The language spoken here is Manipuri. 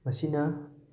ꯃꯁꯤꯅ